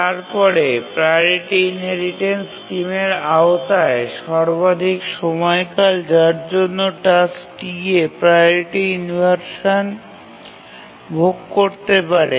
তারপরে priority inheritance স্কিমের আওতায় সর্বাধিক সময়কাল যার জন্য টাস্ক Ta প্রাওরিটি ইনভারসান ভোগ করতে পারে